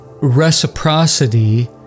reciprocity